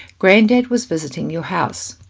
granddad was visiting your house.